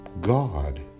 God